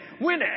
Win